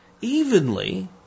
evenly